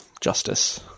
justice